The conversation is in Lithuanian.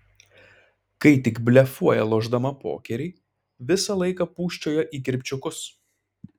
kai tik blefuoja lošdama pokerį visą laiką pūsčioja į kirpčiukus